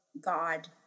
God